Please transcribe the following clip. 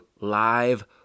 live